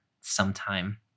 sometime